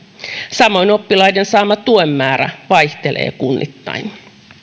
samoin oppilaiden saama tuen määrä vaihtelee kunnittain